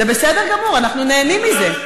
זה בסדר גמור, אנחנו נהנים מזה.